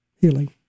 healing